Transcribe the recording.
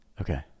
Okay